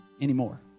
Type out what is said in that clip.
Anymore